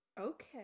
Okay